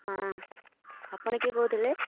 ହଁ ଆପଣ କିଏ କହୁଥିଲେ